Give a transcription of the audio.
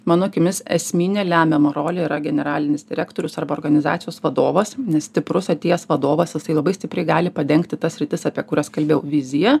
mano akimis esminė lemiama rolė yra generalinis direktorius arba organizacijos vadovas nes stiprus atėjęs vadovas jisai labai stipriai gali padengti tas sritis apie kurias kalbėjau viziją